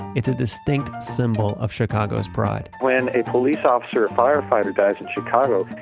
it's a distinct symbol of chicago's pride when a police officer or firefighter dies in chicago,